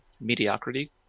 mediocrity